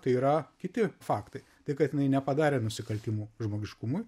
tai yra kiti faktai tik kad jinai nepadarė nusikaltimų žmogiškumui